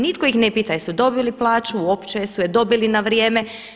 Nitko ih ne pita jesu li dobili plaću uopće, jesu ju dobili na vrijeme.